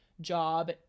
job